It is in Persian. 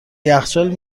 یخچال